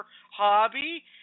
hobby